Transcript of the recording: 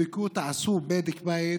ותעשו בדק בית.